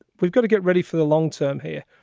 we've got to get ready for the long term here.